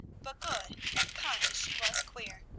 but good and kind as she was queer!